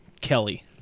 kelly